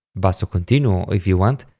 basso continuo if you want,